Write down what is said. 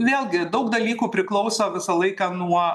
vėlgi daug dalykų priklauso visą laiką nuo nuo